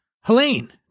Helene